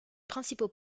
principaux